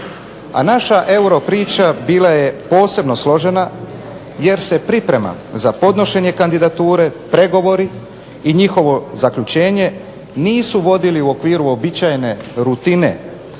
A naša europriča bila je posebno složena jer se priprema za podnošenje kandidature, pregovori i njihovo zaključenje nisu vodili u okviru uobičajene rutine